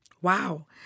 Wow